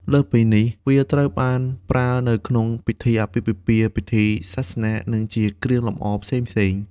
លើសពីនេះ វាត្រូវបានប្រើនៅក្នុងពិធីអាពាហ៍ពិពាហ៍ ពិធីសាសនា និងជាគ្រឿងលម្អផ្សេងៗ។